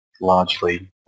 largely